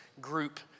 group